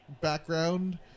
background